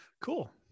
Cool